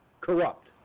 corrupt